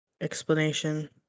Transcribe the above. explanation